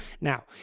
Now